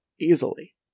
easily